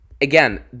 again